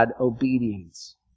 obedience